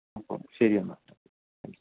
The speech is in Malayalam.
അപ്പം ശരിയെന്നാല് താങ്ക് യൂ